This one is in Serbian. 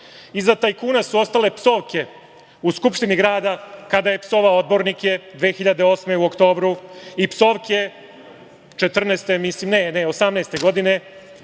tajkuna su ostale psovke u Skupštini grada kada je psovao odbornike 2008. u oktobru i psovke 2018. godine